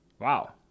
Wow